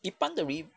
一般的 re~